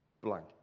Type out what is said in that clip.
blank